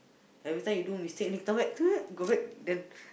everytime you do mistake only then turn back turn back